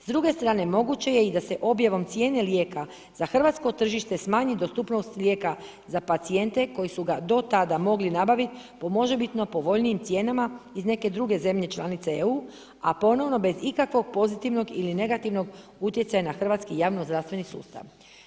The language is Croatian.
S druge strane moguće je i da se objavom cijene lijeka za hrvatsko tržište smanji dostupnost lijeka za pacijente koji su ga do tada mogli nabavit po možebitno povoljnim cijenama iz neke druge zemlje članice EU, a ponovno bez ikakvog pozitivnog ili negativnog utjecaja na hrvatski javnozdravstveni sustav.